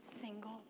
single